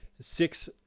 six